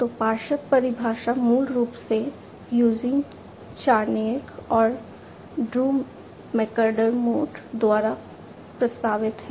तो पार्श्व परिभाषा मूल रूप से यूजीन चारनिएक और ड्रू मैकडरमोट द्वारा प्रस्तावित है